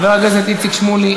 חבר הכנסת איציק שמולי,